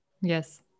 Yes